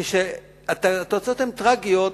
כשהתוצאות הן טרגיות,